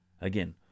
Again